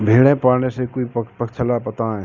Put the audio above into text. भेड़े पालने से कोई पक्षाला बताएं?